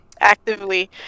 Actively